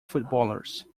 footballers